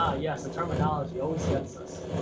yeah yes, the terminology always gets us.